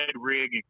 rig